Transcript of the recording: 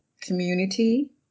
community